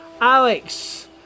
Alex